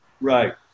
Right